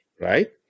right